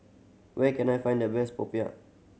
where can I find the best popiah